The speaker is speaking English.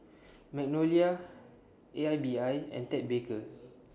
Magnolia A I B I and Ted Baker